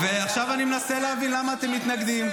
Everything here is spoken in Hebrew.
עכשיו אני מנסה להבין למה אתם מתנגדים.